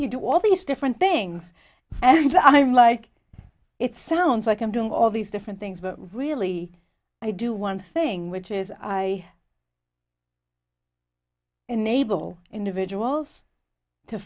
you do all these different things and i'm like it sounds like i'm doing all these different things but really i do one thing which is i enable individuals to